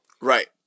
Right